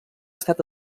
estat